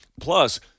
Plus